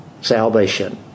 salvation